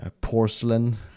porcelain